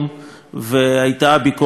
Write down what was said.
והייתה ביקורת על ישראל,